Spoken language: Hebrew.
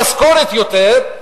במשכורת יותר,